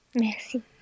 Merci